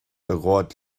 ghabháil